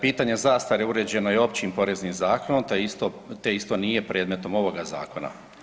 Pitanje zastare uređeno je Općim poreznim zakonom te isto nije predmetom ovoga zakona.